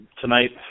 tonight